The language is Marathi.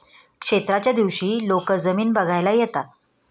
क्षेत्राच्या दिवशी लोक जमीन बघायला येतात